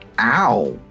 Ow